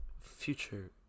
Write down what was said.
Future